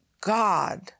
God